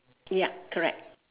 yup correct